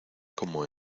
como